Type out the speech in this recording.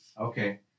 Okay